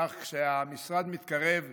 כך שהמשרד מתקרב ליעד,